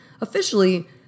Officially